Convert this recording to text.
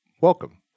Welcome